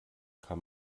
kann